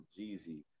jeezy